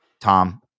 Tom